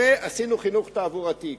ועשינו חינוך תעבורתי.